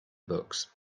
books